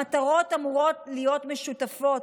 המטרות אמורות להיות משותפות,